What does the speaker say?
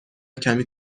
کمی